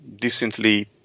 decently